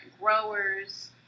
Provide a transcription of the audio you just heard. growers